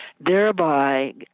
thereby